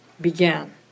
began